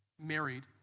married